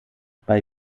bei